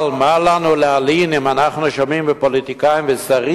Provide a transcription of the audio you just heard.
אבל מה לנו להלין אם אנחנו שומעים פוליטיקאים ושרים